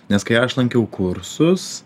nes kai aš lankiau kursus